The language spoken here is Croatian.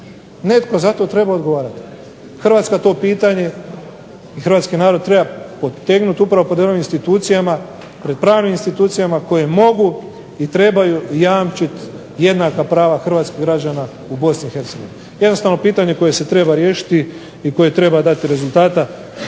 Netko za to treba odgovarati. Hrvatska to pitanje i hrvatski narod treba potegnuti upravo pod ovim institucijama pred pravnim institucijama koje mogu i trebaju jamčiti jednaka prava hrvatskih građana u BiH. Jednostavno pitanje koje se treba riješiti i koje treba dati rezultata